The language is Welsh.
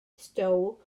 stow